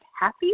Happy